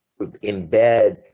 embed